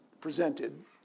presented